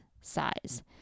size